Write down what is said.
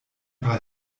paar